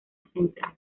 central